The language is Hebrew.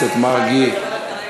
רשמנו את התאריך בפרוטוקול.